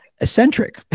eccentric